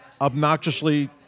obnoxiously